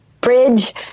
bridge